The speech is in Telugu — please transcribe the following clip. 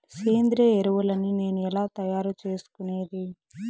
సేంద్రియ ఎరువులని నేను ఎలా తయారు చేసుకునేది?